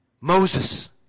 Moses